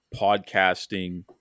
podcasting